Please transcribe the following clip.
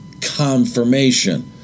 confirmation